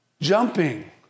Jumping